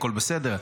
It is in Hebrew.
הכול בסדר.